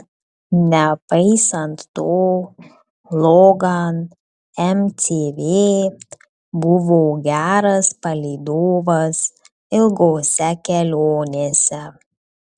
nepaisant to logan mcv buvo geras palydovas ilgose kelionėse